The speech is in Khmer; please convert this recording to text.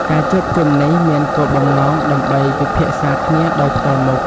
ការជួបជុំនេះមានគោលបំណងដើម្បីពិភាក្សាគ្នាដោយផ្ទាល់មុខ។